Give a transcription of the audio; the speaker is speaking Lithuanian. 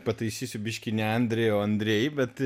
pataisysiu biškį ne andrej o andrej bet